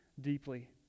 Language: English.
deeply